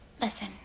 Listen